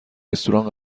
رستوران